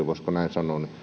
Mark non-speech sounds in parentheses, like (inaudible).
(unintelligible) voisiko näin sanoa